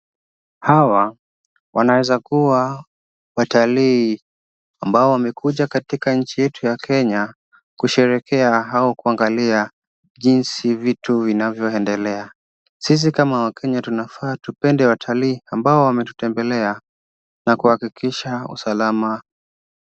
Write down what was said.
Hawa wanaweza kuwa watalii ambao wamekuja katika nchi yetu ya Kenya kusherekea au kuangalia jinsi vitu vinavyoendelea. Sisi kama wakenya tunafaa tupende watalii ambao wametutembelea na kuhakikisha usalama.